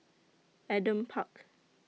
Adam Park